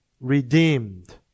redeemed